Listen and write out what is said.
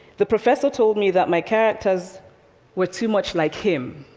the professor told me that my characters were too much like him,